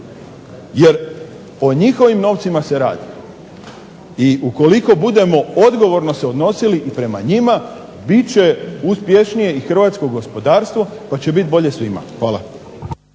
Jer o njihovim novcima se radi. I ukoliko budemo odgovorno se odnosili i prema njima bit će uspješnije i hrvatsko gospodarstvo pa će bit bolje svima. Hvala.